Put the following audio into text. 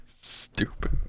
Stupid